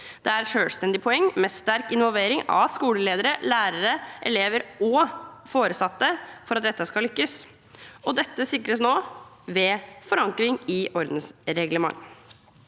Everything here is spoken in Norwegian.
Det er et selvstendig poeng med sterk involvering av skoleledere, lærere, elever og foresatte for at dette skal lykkes. Dette sikres nå ved forankring i ordensreglement.